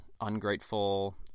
ungrateful